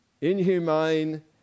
Inhumane